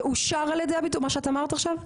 זה אושר מה שאת אמרת עכשיו התקנות?